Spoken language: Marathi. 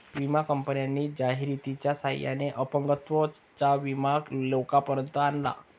विमा कंपन्यांनी जाहिरातीच्या सहाय्याने अपंगत्वाचा विमा लोकांपर्यंत आणला